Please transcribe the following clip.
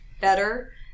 better